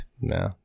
No